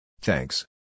Thanks